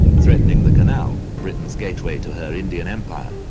threatening the canal, britain's gateway to her indian empire.